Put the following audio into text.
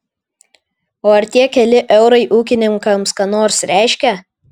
o ar tie keli eurai ūkininkams ką nors reiškia